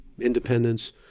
independence